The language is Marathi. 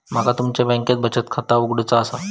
माका तुमच्या बँकेत बचत खाता उघडूचा असा?